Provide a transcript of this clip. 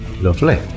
Lovely